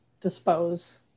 dispose